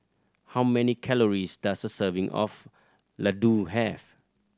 how many calories does a serving of Ladoo have